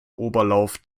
oberlauf